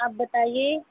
आप बताइए